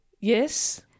Yes